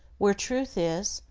where truth is,